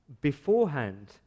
beforehand